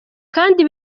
kandi